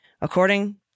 According